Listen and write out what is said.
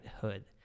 Hood